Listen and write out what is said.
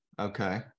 okay